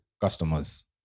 customers